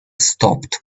stopped